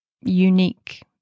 unique